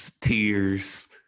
tears